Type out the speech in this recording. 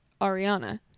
Ariana